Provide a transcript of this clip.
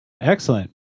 excellent